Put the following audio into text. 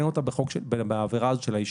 אין אותה בעבירה של העישון.